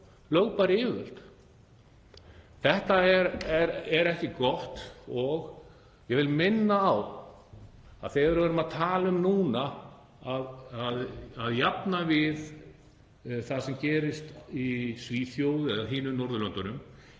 lögbær yfirvöld. Þetta er ekki gott og ég vil minna á að þegar við erum nú að tala um að miða við það sem gerist í Svíþjóð eða á hinum Norðurlöndunum